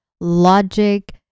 logic